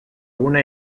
una